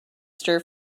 stir